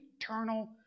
eternal